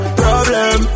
problem